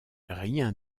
rien